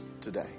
today